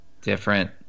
Different